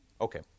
Okay